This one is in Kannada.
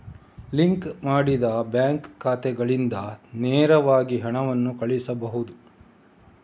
ಲಿಂಕ್ ಮಾಡಿದ ಬ್ಯಾಂಕ್ ಖಾತೆಗಳಿಂದ ನೇರವಾಗಿ ಹಣವನ್ನು ಕಳುಹಿಸಬಹುದು